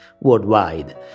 worldwide